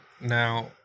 Now